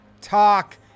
talk